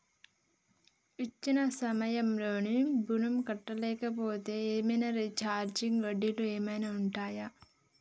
ఇచ్చిన సమయంలో ఋణం కట్టలేకపోతే ఏమైనా ఛార్జీలు వడ్డీలు ఏమైనా ఉంటయా?